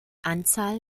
anzahl